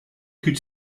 could